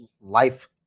life